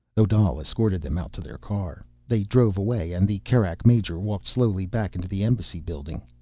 odal escorted them out to their car. they drove away, and the kerak major walked slowly back into the embassy building.